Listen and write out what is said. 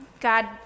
God